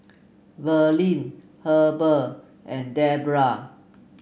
Verlie Heber and Debra